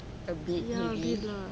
ya oh my god